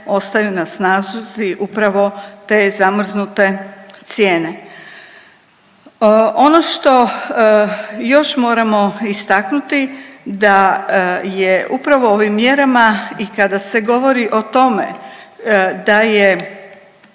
ostaju na snazi upravo te zamrznute cijene. Ono što još moram istaknuti da je upravo ovim mjerama i kada se govori o tome da je